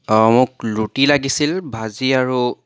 অ' মোক ৰুটি লাগিছিল ভাজি আৰু